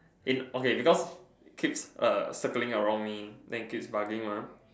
in okay because keeps circling around me then keeps bugging mah